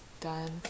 Done